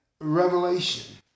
Revelation